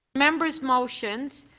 members motions.